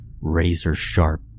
razor-sharp